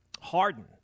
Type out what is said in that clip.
Harden